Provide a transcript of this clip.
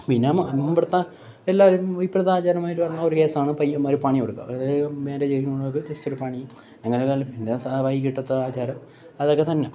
പിന്നെ ആ മുമ്പർത്ത എല്ലാരും ഇപ്പോഴത്തെ ആചാരമായിട്ട് വരുന്ന ഒരു കേസാണ് പയ്യന്മാർ പണി കൊടുക്കുക അത് മാര്യേജ് കഴിയുമ്പോൾ നമുക്ക് ജസ്റ്റ് ഒരു പണി അങ്ങനെ പിന്നെ വൈകീട്ടത്തെ ആചാരം അതൊക്കെ തന്നെ